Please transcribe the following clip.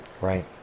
Right